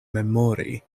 memori